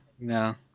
no